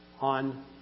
on